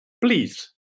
Please